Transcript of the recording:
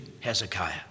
Hezekiah